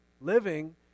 Living